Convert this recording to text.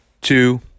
two